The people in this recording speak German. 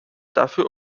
dafür